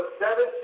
seven